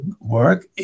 work